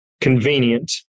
convenient